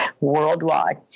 worldwide